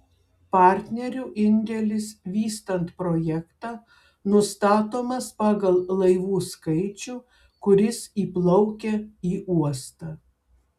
partnerių indėlis vystant projektą nustatomas pagal laivų skaičių kuris įplaukia į uostą